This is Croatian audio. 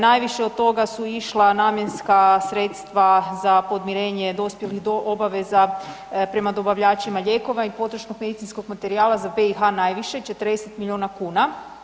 Najviše od toga su išla namjenska sredstva za podmirenje dospjelih obaveza prema dobavljačima lijekova i potrošnog medicinskog materijala za BiH najviše 40 milijuna kuna.